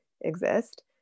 exist